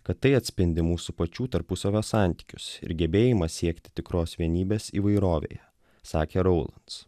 kad tai atspindi mūsų pačių tarpusavio santykius ir gebėjimą siekti tikros vienybės įvairovėje sakė raulans